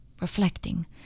reflecting